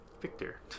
Victor